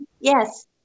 Yes